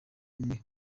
umwe